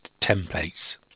templates